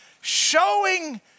showing